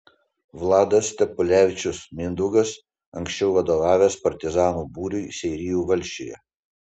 vladas stepulevičius mindaugas anksčiau vadovavęs partizanų būriui seirijų valsčiuje